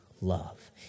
love